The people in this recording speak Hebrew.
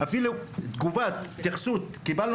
ולא קיבלנו